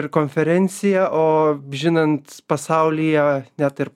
ir konferencija o žinant pasaulyje net ir